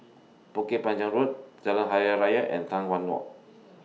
Bukit Panjang Road Jalan Hari Raya and Tai Hwan Walk